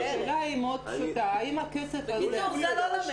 הנה, עובדה לא למשק.